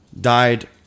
died